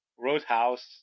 Roadhouse